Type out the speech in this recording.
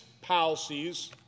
policies